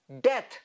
death